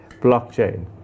blockchain